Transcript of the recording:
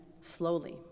slowly